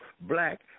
black